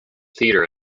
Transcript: theater